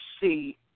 see